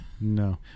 no